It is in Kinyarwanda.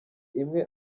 imwe